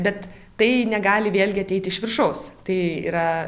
bet tai negali vėlgi ateiti iš viršaus tai yra